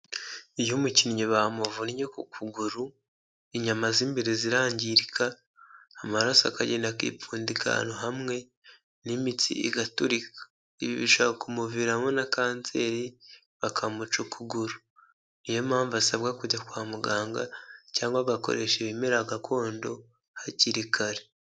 Iyo umukinnyi bamuvunnye ku kuguru, inyama z'imbere zirangirika; amaraso akagenda akipfundika ahantu hamwe, n'imitsi igaturika. Ibi bishobora kumuviramo na kanseri, bakamuca ukuguru. Ni yo mpamvu asabwa kujya kwa muganga cyangwa agakoresha ibimera gakondo hakiri kare.